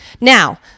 Now